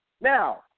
Now